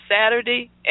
Saturday